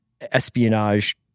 espionage